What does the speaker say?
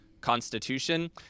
constitution